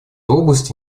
области